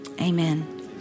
Amen